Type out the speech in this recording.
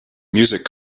music